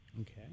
Okay